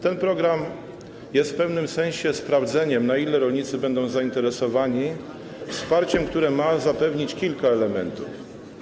Ten program jest w pewnym sensie sprawdzeniem, na ile rolnicy będą zainteresowani wsparciem, które ma zapewnić kilka elementów.